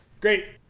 great